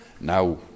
Now